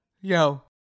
Yo